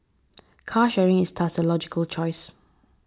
car sharing is thus a logical choice